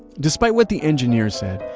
despite what the engineers said,